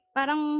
parang